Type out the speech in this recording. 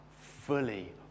fully